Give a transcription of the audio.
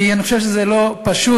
כי אני חושב שזה לא פשוט.